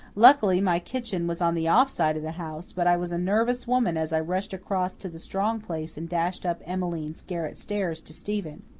luckily my kitchen was on the off side of the house, but i was a nervous woman as i rushed across to the strong place and dashed up emmeline's garret stairs to stephen.